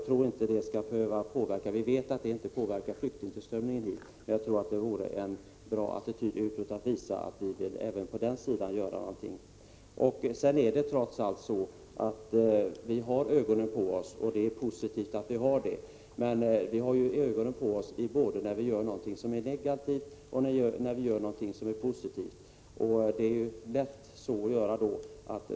Vi vet att det inte påverkar flyktingtillströmningen hit. Jag tror att det vore en bra attityd utåt — att visa att vi vill göra någonting även i det avseendet. Vi har trots allt ögonen på oss — och det är positivt. Men vi har ju ögonen på oss både när vi gör någonting som är negativt och när vi gör någonting som är positivt.